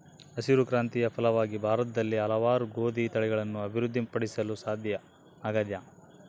ಹಸಿರು ಕ್ರಾಂತಿಯ ಫಲವಾಗಿ ಭಾರತದಲ್ಲಿ ಹಲವಾರು ಗೋದಿ ತಳಿಗಳನ್ನು ಅಭಿವೃದ್ಧಿ ಪಡಿಸಲು ಸಾಧ್ಯ ಆಗ್ಯದ